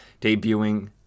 debuting